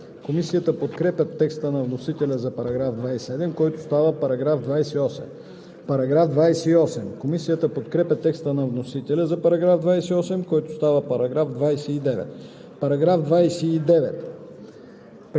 „Преходни и заключителни разпоредби“. Комисията подкрепя текста на вносителя за наименованието на подразделението. Комисията подкрепя текста на вносителя за § 27, който става § 28.